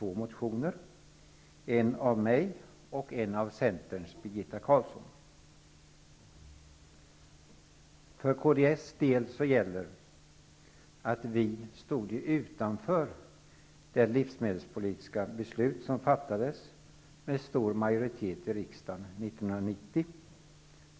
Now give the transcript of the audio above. Den ena motionen har väckts av mig och den andra av Centerns Birgitta För oss i kds gäller att vi stod utanför det livsmedelspolitiska beslut om en omställning som fattades med stor majoritet här i riksdagen 1990.